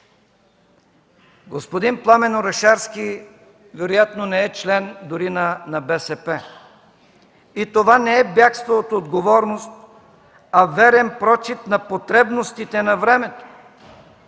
Господин Пламен Орешарски вероятно не е член дори на БСП. И това не е бягство от отговорност, а верен прочит на потребностите на времето.